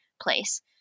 Place